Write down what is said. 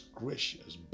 gracious